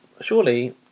surely